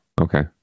okay